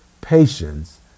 patience